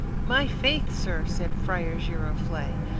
my faith, sir, said friar giroflee,